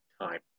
time